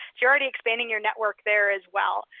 you're already expanding your network there as well.